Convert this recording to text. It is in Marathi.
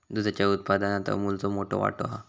दुधाच्या उत्पादनात अमूलचो मोठो वाटो हा